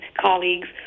colleagues